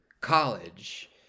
College